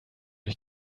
ich